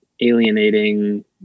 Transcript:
alienating